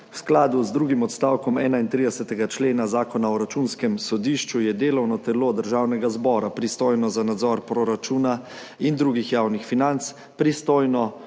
V skladu z drugim odstavkom 31. člena Zakona o računskem sodišču je delovno telo Državnega zbora, pristojno za nadzor proračuna in drugih javnih financ, pristojno